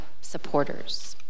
supporters